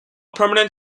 permanent